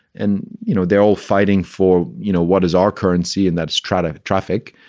and, you know, they're all fighting for, you know, what is our currency? and that's try to traffic.